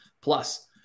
Plus